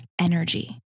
energy